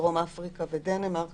דרום אפריקה ודנמרק